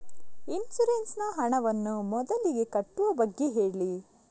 insurance ನ ಹಣವನ್ನು ಮೊದಲಿಗೆ ಕಟ್ಟುವ ಬಗ್ಗೆ ಹೇಳಿ